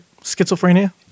schizophrenia